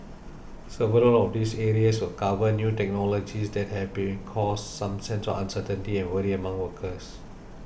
several of these areas will cover new technologies that have been caused some sense uncertainty and worry among workers